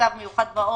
מצב מיוחד בעורף